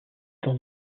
dans